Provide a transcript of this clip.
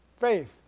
faith